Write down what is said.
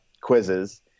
Quizzes